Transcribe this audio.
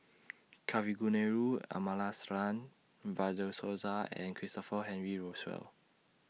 Kavignareru Amallathasan Fred De Souza and Christopher Henry Rothwell